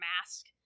mask